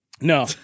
No